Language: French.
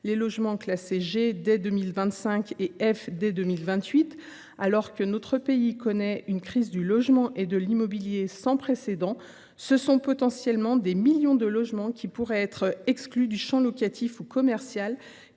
les logements classés G dès 2025 et F dès 2028, et alors que notre pays connaît une crise du logement et de l’immobilier sans précédent, ce sont potentiellement des millions de logements qui pourraient être exclus du champ locatif ou commercial,